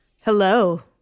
Hello